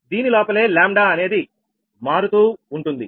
దీని లోపలే 𝜆 అనేది మారుతూ ఉంటుంది